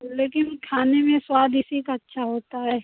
लेकिन खाने में स्वाद इसी का अच्छा होता है